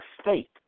state